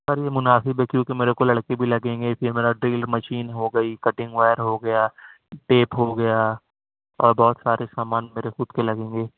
سر یہ مناسب ہے کیونکہ میرے کو لڑکے بھی لگیں گے پھر ڈرل مشین ہو گئی کٹنگ وائر ہو گیا ٹیپ ہو گیا اور بہت سارے سامان میرے خود کے لگیں گے